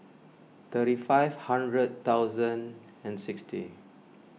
thirty five hundred thousand and sixty